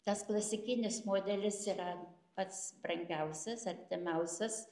tas klasikinis modelis yra pats brangiausias artimiausias